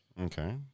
Okay